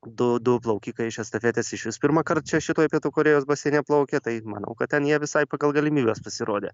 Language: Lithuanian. du du plaukikai iš estafetės išvis pirmąkart čia šitoj pietų korėjos baseine plaukė tai manau kad ten jie visai pagal galimybes pasirodė